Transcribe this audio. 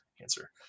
answer